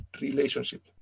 relationship